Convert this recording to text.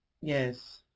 yes